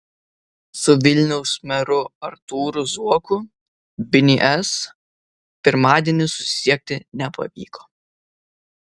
su vilniaus meru artūru zuoku bns pirmadienį susisiekti nepavyko